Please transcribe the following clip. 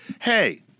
Hey